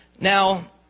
Now